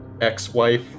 ex-wife